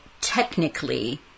technically